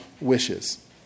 wishes